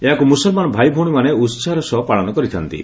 ଏହାକୁ ମୁସଲମାନ ଭାଇଭଉଣୀମାନେ ଉହାହର ସହ ପାଳନ କରିଥାନ୍ତି